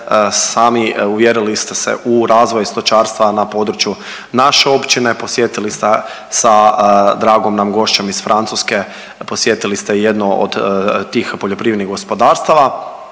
sami, uvjerili ste se u razvoj stočarstva na području naše općine, podsjetili ste sa dragom nam gošćom iz Francuske posjetili ste jedno od tih poljoprivrednih gospodarstava